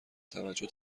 توجه